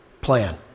plan